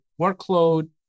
workload